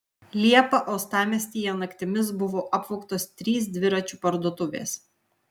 liepą uostamiestyje naktimis buvo apvogtos trys dviračių parduotuvės